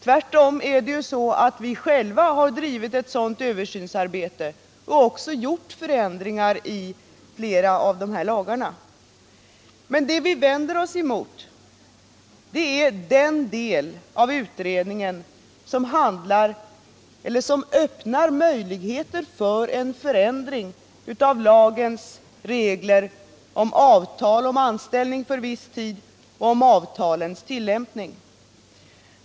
Tvärtom är det ju så att vi själva har bedrivit ett sådant översynsarbete och även gjort förändringar i de här lagarna. Men det vi vänder oss emot är den del av utredningen som öppnar möjligheter för en förändring av lagens regler om avtal om anställning för viss tid och om avtalens tillämpning.